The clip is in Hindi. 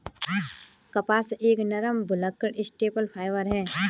कपास एक नरम, भुलक्कड़ स्टेपल फाइबर है